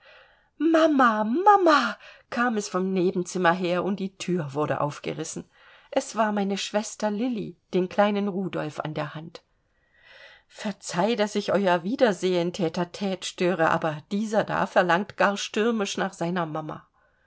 mama mama kam es vom nebenzimmer her und die thür wurde aufgerissen es war meine schwester lilli den kleinen rudolf an der hand verzeih daß ich euer wiedersehen tte tte störe aber dieser da verlangt gar zu stürmisch nach seiner mama